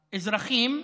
אזרחים,